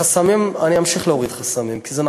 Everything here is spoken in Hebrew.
בחסמים, אמשיך להוריד חסמים, כי זה נכון.